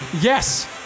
yes